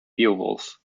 beowulf